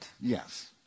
Yes